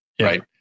right